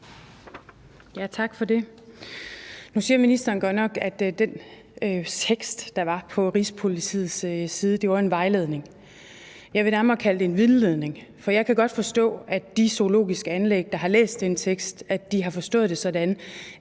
(V): Tak for det. Nu siger ministeren godt nok, at den tekst, der var på Rigspolitiets hjemmeside, var en vejledning. Jeg vil nærmere kalde det en vildledning, for jeg kan godt forstå, at de zoologiske anlæg, der har læst den tekst, har forstået det sådan,